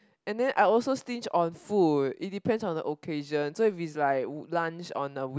and then I also sting on food it depend on the occasion so if its like lunch on a week